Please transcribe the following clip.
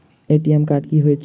ATM card की हएत छै?